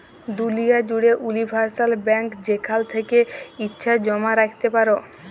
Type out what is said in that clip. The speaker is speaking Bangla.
দুলিয়া জ্যুড়ে উলিভারসাল ব্যাংকে যেখাল থ্যাকে ইছা জমা রাইখতে পারো